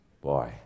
Boy